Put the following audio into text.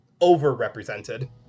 overrepresented